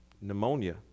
pneumonia